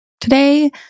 Today